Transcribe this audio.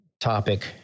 topic